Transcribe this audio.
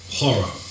horror